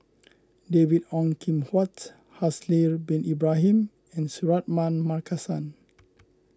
David Ong Kim Huat Haslir Bin Ibrahim and Suratman Markasan